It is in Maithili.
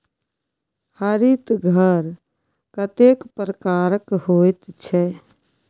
हरित घर कतेक प्रकारक होइत छै?